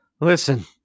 Listen